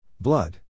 Blood